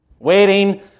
Waiting